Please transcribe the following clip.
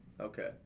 Okay